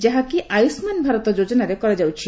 ଯାହାକି ଆୟୁଷ୍ମାନ ଭାରତ ଯୋଜନାରେ କରାଯାଉଛି